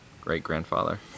great-grandfather